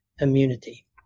immunity